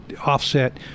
offset